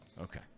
okay